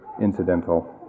incidental